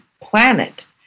planet